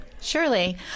Surely